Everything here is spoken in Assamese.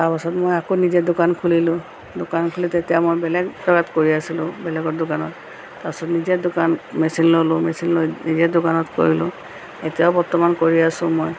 তাৰপাছত মই আকৌ নিজে দোকান খুলিলো দোকান খুলি তেতিয়া মই বেলেগ জেগাত কৰি আছিলো বেলেগৰ দোকানত তাৰপিছত নিজে দোকান মেচিন ল'লোঁ মেচিন লৈ নিজে দোকানত কৰিলো এতিয়াও বৰ্তমান কৰি আছোঁ মই